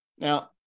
Now